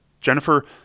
Jennifer